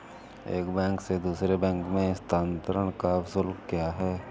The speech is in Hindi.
एक बैंक से दूसरे बैंक में स्थानांतरण का शुल्क क्या है?